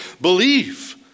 believe